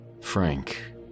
Frank